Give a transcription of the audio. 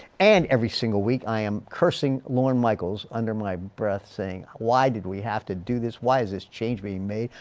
and every single week i am cursing lorne michaels under my breath saying why did we have to do this. why is this change being made?